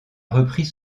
repris